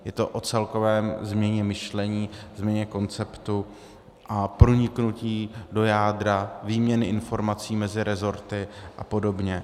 Je to o celkové změně myšlení, změně konceptu a proniknutí do jádra výměny informací mezi rezorty a podobně.